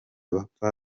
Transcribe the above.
bapfa